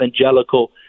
evangelical